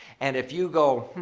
and if you go,